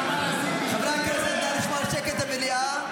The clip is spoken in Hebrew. על השקט במליאה.